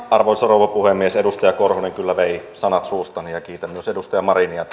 arvoisa rouva puhemies edustaja korhonen kyllä vei sanat suustani ja kiitän myös edustaja marinia